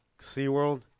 SeaWorld